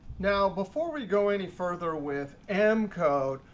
now before we go any further with m code,